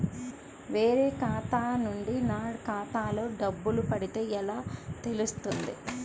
వేరే ఖాతా నుండి నా ఖాతాలో డబ్బులు పడితే ఎలా తెలుస్తుంది?